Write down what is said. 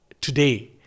today